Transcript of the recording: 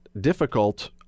difficult